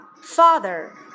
father